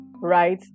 right